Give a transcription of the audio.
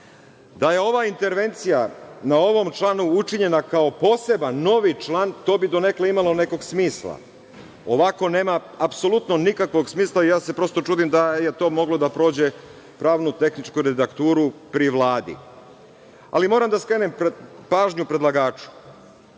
Da je oba intervencija na ovom članu učinjena kao poseban, novi član, to bi donekle imalo nekog smisla. Ovako nema apsolutno nikakvog smisla i prosto se čudim da je to moglo da prođe pravno-tehničku redakturu pri Vladi. Moram da skrenem pažnju predlagaču